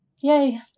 Yay